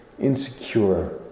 insecure